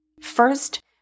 First